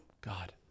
God